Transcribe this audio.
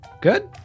Good